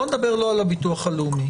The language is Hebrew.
בוא לא נדבר על הביטוח הלאומי,